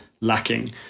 lacking